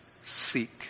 seek